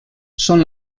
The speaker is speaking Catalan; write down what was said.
són